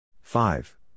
Five